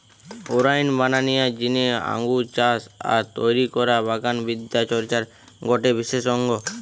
wine বানানিয়ার জিনে আঙ্গুর চাষ আর তৈরি করা বাগান বিদ্যা চর্চার গটে বিশেষ অঙ্গ